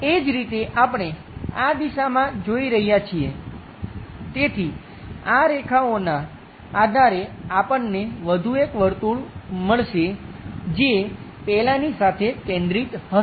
એ જ રીતે આપણે આ દિશામાં જોઈ રહ્યા છીએ તેથી આ રેખાઓના આધારે આપણને વધુ એક વર્તુળ મળશે જે પેલાની સાથે કેન્દ્રિત હશે